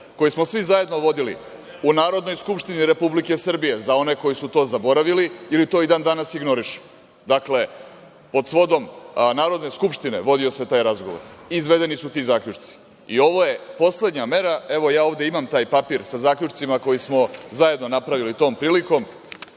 koji smo svi zajedno vodili u Narodnoj skupštini Republike Srbije za one koji su to zaboravili ili to i dan danas ignorišu. Dakle, pod svodom Narodne skupštine vodio se taj razgovor i izvedeni su ti zaključci. Ovo je poslednja mera. Ovde imam taj papir sa zaključcima koje smo zajedno napravili tom prilikom.